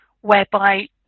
whereby